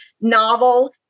novel